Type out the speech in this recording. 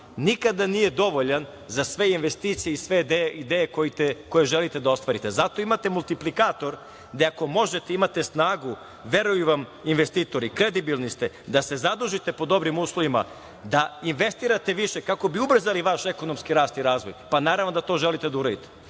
nikada nije dovoljan za sve investicije i sve ideje koje želite da ostvarite. Zato imate multiplikator gde, ako možete, imate snagu i veruju vam investitori, kredibilni ste da se zadužite pod dobrim uslovima, da investirate više kako bi ubrzali vaš ekonomski rast i razvoj, pa naravno da to želite da uradite